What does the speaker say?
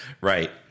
Right